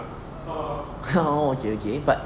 orh okay okay but